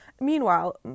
Meanwhile